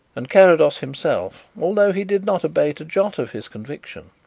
and carrados himself, although he did not abate a jot of his conviction,